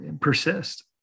persist